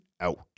out